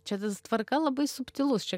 čia tas tvarka labai subtilus čia